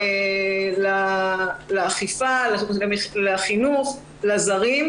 התייחסתי לאכיפה, לחינוך ולזרים.